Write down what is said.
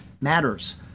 matters